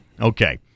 Okay